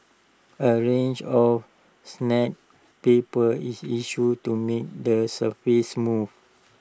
A range of paper is issued to make the surface smooth